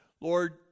Lord